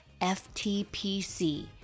FTPC